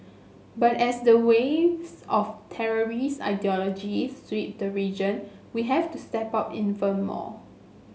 but as the waves of terrorist ideology sweep the region we have to step up even more